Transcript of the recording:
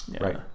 right